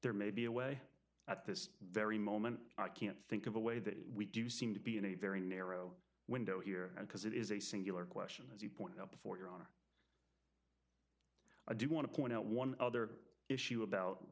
there may be a way at this very moment i can't think of a way that we do seem to be in a very narrow window here because it is a singular question as you point out before your honor i do want to point out one other issue about